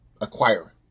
acquire